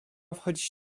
wchodzić